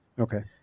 Okay